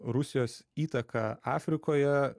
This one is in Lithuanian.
rusijos įtaka afrikoje